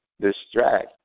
distract